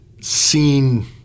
seen